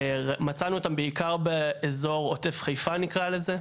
מצאנו אותם בעיקר באזור עוטף חיפה נקרא לזה.